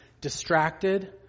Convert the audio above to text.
distracted